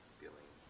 feeling